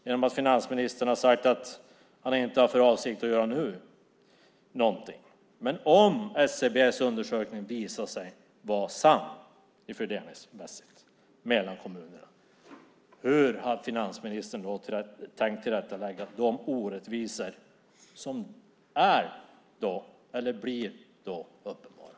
Genom att finansministern har sagt att han inte har för avsikt att nu göra någonting återstår frågan: Om det som SCB har kommit fram till i sin undersökning visar sig vara sant fördelningsmässigt mellan kommunerna, hur har finansministern tänkt tillrättalägga de orättvisor som blir uppenbara?